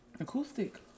acoustic